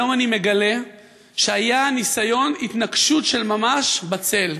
היום אני מגלה שהיה ניסיון התנקשות של ממש ב"צל",